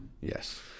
Yes